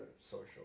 social